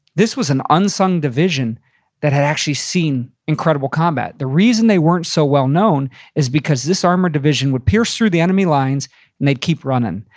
this was an unsung division that had actually seen incredible combat the reason they weren't so well known is because this armored division would pierce through the enemy lines and they'd keep running.